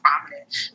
prominent